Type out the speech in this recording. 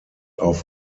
auf